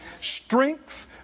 Strength